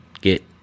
get